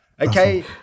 okay